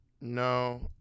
No